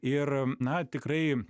ir na tikrai